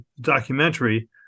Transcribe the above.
documentary